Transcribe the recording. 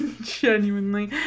Genuinely